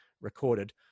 recorded